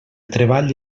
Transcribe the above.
treball